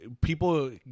people